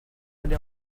aller